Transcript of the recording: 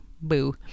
boo